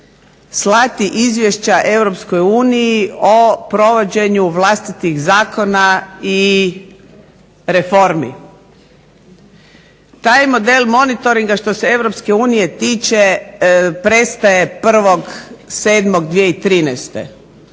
slati izvješća EU o provođenju vlastitih zakona i reformi. Taj model monitoringa što se EU tiče prestaje 1.7.2013.